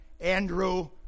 Andrew